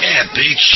epic